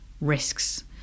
risks